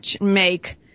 make